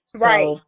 Right